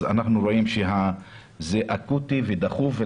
אז אנחנו רואים שזה אקוטי ודחוף.